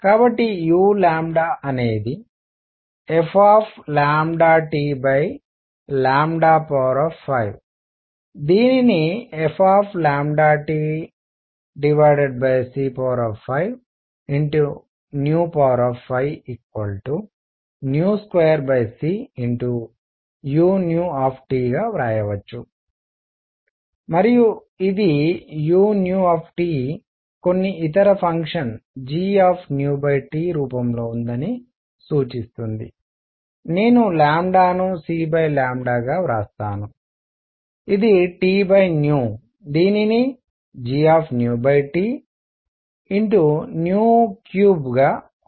కాబట్టి u అనేది f5 దీనిని f c552cu గా వ్రాయవచ్చు మరియు ఇది u కొన్ని ఇతర ఫంక్షన్ g రూపంలో ఉందని సూచిస్తుంది నేను ను c గా వ్రాసాను ఇది T దీనిని g3గా కూడా వ్రాయవచ్చు